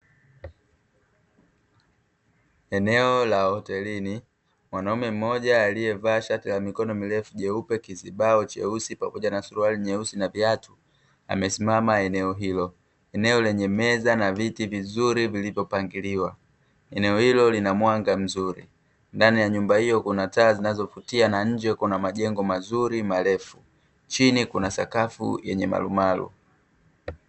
Eneo la hotelini mwanaume mmoja aliye vaa shati la mikono mirefu jeupe, kizibao cheusi pamoja na suruali nyeusi na viatu, amesimama eneo hilo eneo lenye meza na viti vizuri vilivyopangiliwa, eneo hilo lina mwanga mzuri, ndani ya nyumba hiyo kuna taa zinazovutia na nje kuna majengo mazuri marefu, chini kuna sakafu yenye malumalu.